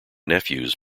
nephews